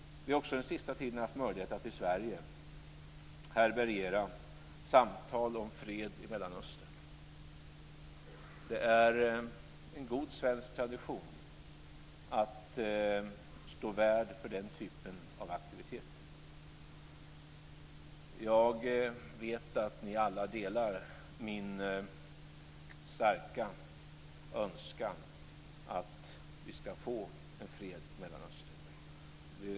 Vi har också den sista tiden haft möjlighet att i Sverige härbärgera samtal om fred i Mellanöstern. Det är en god svensk tradition att stå värd för den typen av aktiviteter. Jag vet att ni alla delar min starka önskan att vi ska få en fred i Mellanöstern.